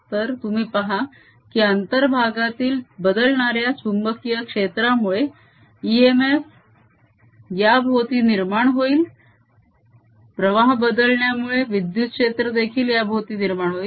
तर तुम्ही पहा की अंतर्भागातील बदलणाऱ्या चुंबकीय क्षेत्रामुळे इए एफ याभोवती निर्माण होईल प्रवाह बदलण्यामुळे विद्युत क्षेत्र देखील याभोवती निर्माण होईल